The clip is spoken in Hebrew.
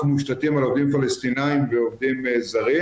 מושתתים על עובדים פלשתינאים ועובדים זרים,